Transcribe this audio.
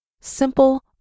Simple